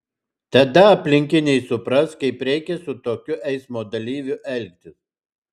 tada aplinkiniai supras kaip reikia su tokiu eismo dalyviu elgtis